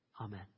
Amen